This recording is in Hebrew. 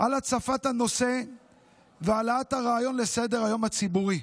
על הצפת הנושא והעלאת הרעיון לסדר-היום הציבורי.